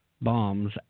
bombs